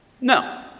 No